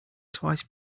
twice